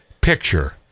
picture